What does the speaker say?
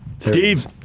Steve